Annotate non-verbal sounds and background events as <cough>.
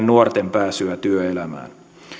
<unintelligible> nuorten pääsyä työelämään